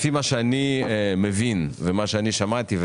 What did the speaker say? לפי מה שאני מבין ומה ששמעתי,